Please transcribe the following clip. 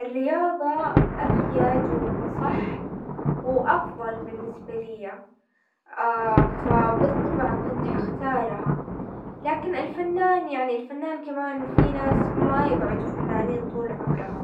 الرياضة افيد واصح، وافضل بالنسبة ليا، بالطبع كنت حختارها، لكن الفنان يعني الفنان كمان في ناس ما يقعدوا فنانين طول عمرهم.